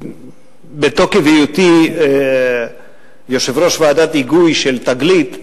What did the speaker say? בתוקף היותי יושב-ראש ועדת ההיגוי של "תגלית",